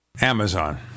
amazon